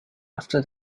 after